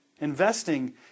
Investing